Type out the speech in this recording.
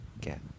get